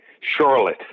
Charlotte